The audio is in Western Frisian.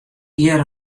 hjir